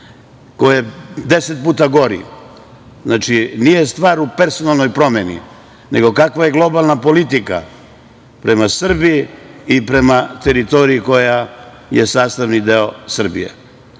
koji je deset puta gori. Znači, nije stvar u personalnoj promeni, nego kakva je globalna politika prema Srbiji i prema teritoriji koja je sastavni deo Srbije.